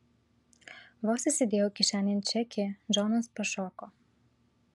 vos įsidėjau kišenėn čekį džonas pašoko